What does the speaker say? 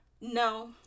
No